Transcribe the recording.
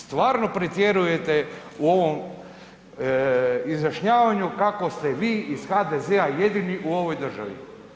Stvarno pretjerujete u ovom izjašnjavanju kako ste vi iz HDZ-a jedini u ovoj državi.